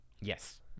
Yes